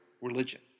religion